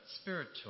spiritual